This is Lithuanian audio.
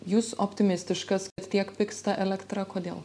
jūs optimistiškas tiek pigs ta elektra kodėl